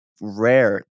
rare